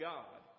God